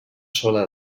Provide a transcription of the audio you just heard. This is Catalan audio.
sola